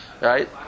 right